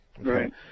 Right